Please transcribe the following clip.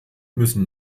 müssen